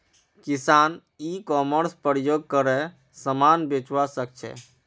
किसान e commerce प्रयोग करे समान बेचवा सकछे